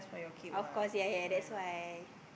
of course ya ya that's why